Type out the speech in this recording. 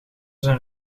zijn